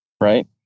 right